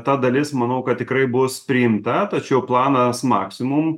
ta dalis manau kad tikrai bus priimta tačiau planas maksimum